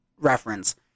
reference